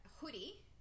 Hoodie